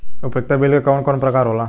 उपयोगिता बिल के कवन कवन प्रकार होला?